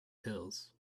pills